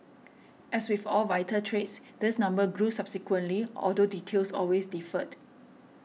as with all vital trades this number grew subsequently although details always differed